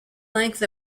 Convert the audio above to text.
length